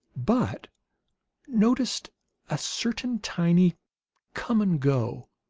but noticed a certain tiny come-and-go,